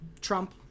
Trump